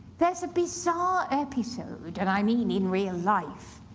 there's a bizarre episode, and i mean in real life,